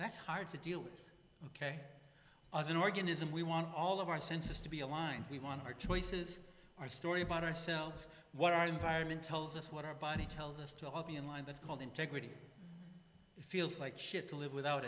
that's hard to deal with ok as an organism we want all of our senses to be aligned we want our choices our story about ourselves what our environment tells us what our body tells us to all be in line that's called integrity it feels like shit to live without